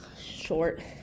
short